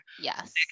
Yes